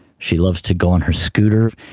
she loves to go on her scooter,